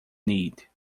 need